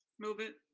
move it.